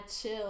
chill